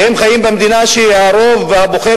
האם אנחנו חיים במדינה שהרוב והבוחר